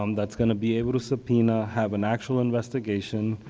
um that's going to be able to subpoena, have an actual investigation.